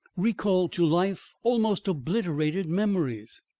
recall to life almost obliterated memories.